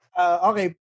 okay